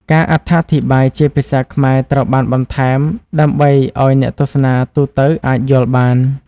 ការអត្ថាធិប្បាយជាភាសាខ្មែរត្រូវបានបន្ថែម ដើម្បីឱ្យអ្នកទស្សនាទូទៅអាចយល់បាន។